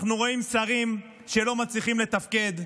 אנחנו רואים שרים שלא מצליחים לתפקד,